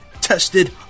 tested